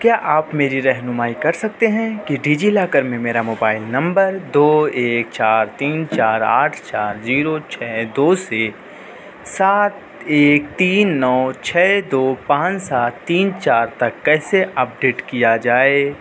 کیا آپ میری رہنمائی کر سکتے ہیں کہ ڈی جی لاکر میں میرا موبائل نمبر دو ایک چار تین چار آٹھ چار زیرو چھ دو سے سات ایک تین نو چھ دو پانچ سات تین چار تک کیسے اپڈیٹ کیا جائے